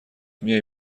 میای